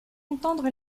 entendre